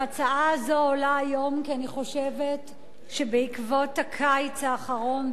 ההצעה הזו עולה היום כי אני חושבת שבעקבות הקיץ האחרון,